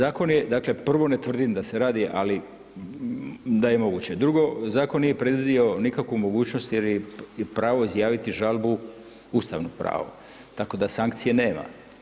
Dakle prvo ne tvrdim, ali da je moguće, drugo zakon nije predvidio nikakvu mogućnost jer pravo izjaviti žalbu ustavno pravo, tako da sankcije nema.